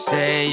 Say